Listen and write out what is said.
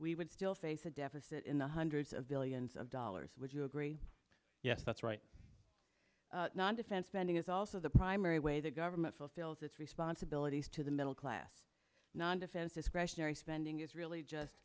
we would still face a deficit in the hundreds of billions of dollars would you agree yes that's right non defense spending is also the primary way that government fulfills its responsibilities to the middle class non defense discretionary spending is really just